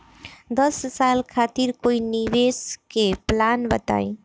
दस साल खातिर कोई निवेश के प्लान बताई?